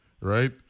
right